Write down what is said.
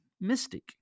mystic